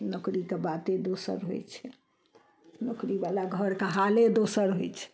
नौकरीके बाते दोसर होइ छै नौकरीवला घरके हाले दोसर होइ छै